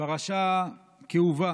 פרשה כאובה,